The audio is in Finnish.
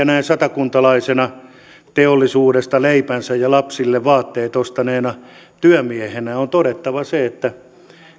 näin satakuntalaisena teollisuudesta leipänsä ja lapsille vaatteet ostaneena työmiehenä on tosiasiana todettava se että